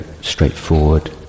straightforward